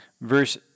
verse